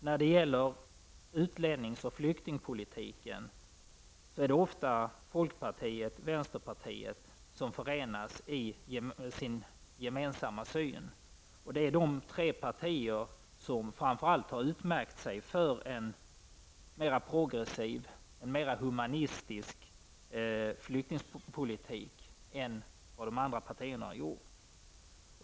När det gäller utlännings och flyktingpolitiken är det ofta folkpartiet, vänsterpartiet och miljöpartiet som förenas i sin gemensamma syn. Det är framför allt dessa tre partier som har utmärkt sig för en mer progressiv och mer humanistisk flyktingpolitik än de andra partierna.